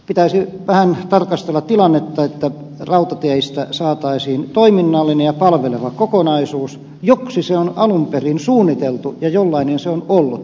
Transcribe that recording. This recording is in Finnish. pitäisi vähän tarkastella tilannetta että rautateistä saataisiin toiminnallinen ja palveleva kokonaisuus joksi se on alun perin suunniteltu ja jollainen se on ollut